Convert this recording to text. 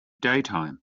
daytime